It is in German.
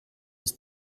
des